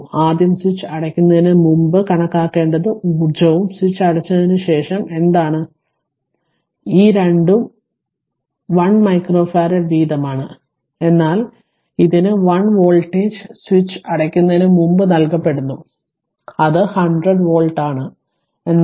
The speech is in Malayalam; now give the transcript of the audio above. ആദ്യം സ്വിച്ച് അടയ്ക്കുന്നതിന് മുമ്പ് കണക്കാക്കേണ്ടത് ഊർജ്ജവും സ്വിച്ച് അടച്ചതിനുശേഷം എന്താണ് ഈ രണ്ടും 1 മൈക്രോഫാരഡ് വീതമാണ് എന്നാൽ ഇവിടെ v1 വോൾട്ടേജ് സ്വിച്ച് അടയ്ക്കുന്നതിന് മുമ്പ് നൽകപ്പെടുന്നു അത് 100 വോൾട്ട് ആണ് എന്നാൽ ഇവിടെ v2 0